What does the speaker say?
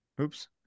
Oops